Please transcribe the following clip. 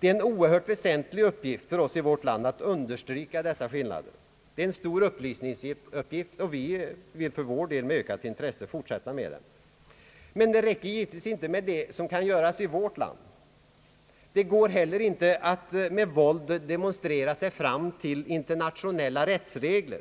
Det är en oerhört väsentlig uppgift för oss i vårt land att understryka dessa skillnader. Det är en stor upplysningsuppgift, och vi vill för vår del med ökat intresse fortsätta med den. Men det räcker givetvis inte med det som kan göras i vårt land. Det går inte heller att med våld demonstrera sig fram till internationella rättsregler.